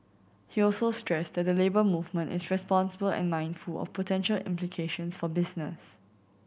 he also stressed that the Labour Movement is responsible and mindful of potential implications for business